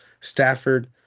Stafford